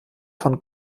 von